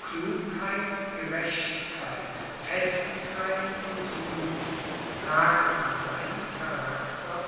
klugheit gerechtigkeit festigkeit und muth ragen in seinem charakter